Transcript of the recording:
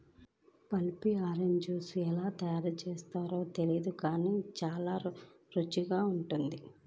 pulpy orange juice ఎలా తయారు చేస్తారో తెలియదు గానీ చాలా రుచికరంగా ఉంటుంది